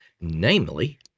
Namely